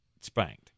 spanked